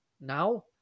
Now